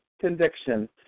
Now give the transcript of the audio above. conviction